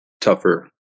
tougher